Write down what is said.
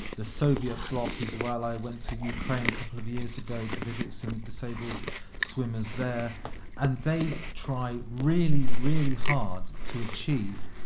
the soviet bloc as well i went to ukraine a couple of years ago to visit some disabled swimmers there and they try really, really hard to achieve.